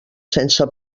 sense